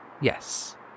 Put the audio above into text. yes